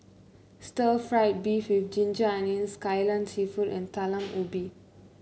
Stir Fried Beef with Ginger Onions Kai Lan seafood and Talam Ubi